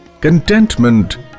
Contentment